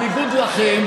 בניגוד לכם,